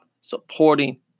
supporting